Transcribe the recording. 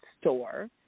store